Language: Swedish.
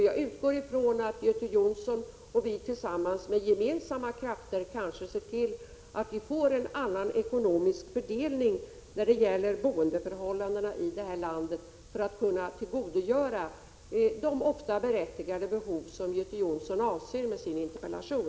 Jag utgår ifrån att Göte Jonsson och vi tillsammans kanske med gemensamma krafter kan se till att få en annan ekonomisk fördelning när det gäller boendeförhållandena i det här landet, för att kunna tillgodose de ofta berättigade behov som Göte Jonsson tar upp genom sin interpellation.